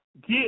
Get